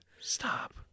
Stop